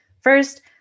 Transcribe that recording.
First